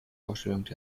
ausstellungen